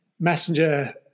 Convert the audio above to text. Messenger